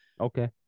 okay